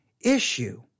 issue